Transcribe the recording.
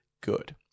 good